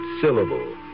syllable